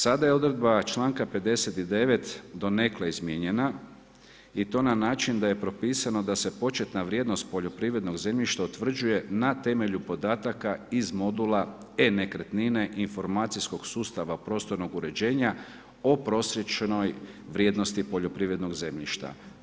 Sada je odredba članak 59. donekle izmijenjena i to na način da je propisano da se početna vrijednost poljoprivrednog zemljišta utvrđuje na temelju podatka iz modula e-nekretnine informacijskog sustava prostornog uređenja, o prosječnoj vrijednosti poljoprivrednog zemljišta.